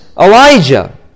Elijah